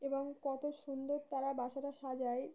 এবং কত সুন্দর তারা বাসাটা সাজায়